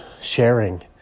sharing